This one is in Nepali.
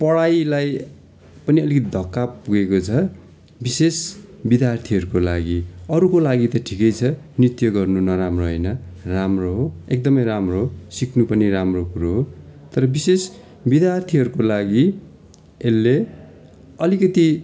पढाइलाई पनि अलिकति धक्का पुगेको छ विशेष विद्यार्थीहरूको लागि अरूको लागि त ठिकै छ नृत्य गर्नु नराम्रो होइन राम्रो हो एकदमै राम्रो हो सिक्नु पनि राम्रो कुरो हो तर विशेष विद्यार्थीहरूको लागि यसले अलिकति